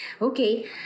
Okay